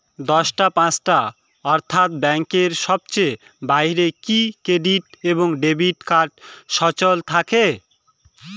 দশটা পাঁচটা অর্থ্যাত ব্যাংকের সময়ের বাইরে কি ক্রেডিট এবং ডেবিট কার্ড সচল থাকে?